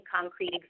concrete